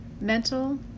mental